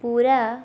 ପୁରା